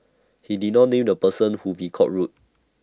he did not name the person whom he called rude